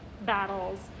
battles